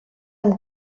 amb